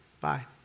Bye